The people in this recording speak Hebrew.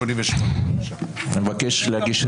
188, בבקשה.